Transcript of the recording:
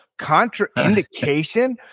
contraindication